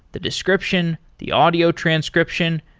the description, the audio transcription,